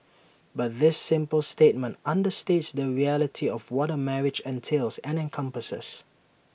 but this simple statement understates the reality of what A marriage entails and encompasses